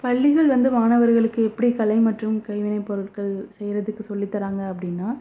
பள்ளிகள் வந்து மாணவர்களுக்கு எப்படி கலை மற்றும் கைவினைப் பொருட்கள் செய்கிறத்துக்கு சொல்லித்தராங்க அப்படினா